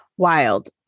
wild